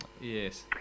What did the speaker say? Yes